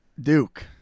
Duke